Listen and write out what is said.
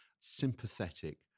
sympathetic